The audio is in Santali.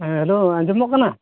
ᱦᱮᱸ ᱦᱮᱞᱳ ᱟᱧᱡᱚᱢᱚᱜ ᱠᱟᱱᱟ